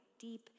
deep